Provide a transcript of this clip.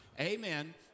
amen